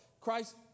Christ